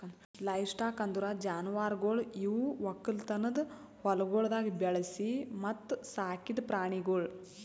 livestock ಅಂದುರ್ ಜಾನುವಾರುಗೊಳ್ ಇವು ಒಕ್ಕಲತನದ ಹೊಲಗೊಳ್ದಾಗ್ ಬೆಳಿಸಿ ಮತ್ತ ಸಾಕಿದ್ ಪ್ರಾಣಿಗೊಳ್